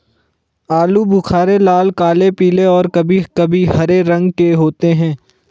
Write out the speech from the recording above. आलू बुख़ारे लाल, काले, पीले और कभी कभी हरे रंग के होते हैं